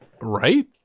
Right